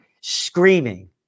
screaming